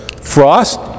Frost